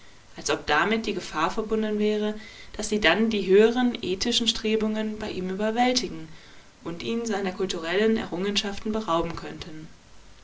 als ob damit die gefahr verbunden wäre daß sie dann die höheren ethischen strebungen bei ihm überwältigen und ihn seiner kulturellen errungenschaften berauben könnten